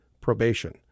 probation